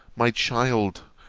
my child!